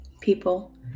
people